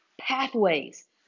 pathways